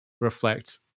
reflect